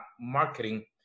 marketing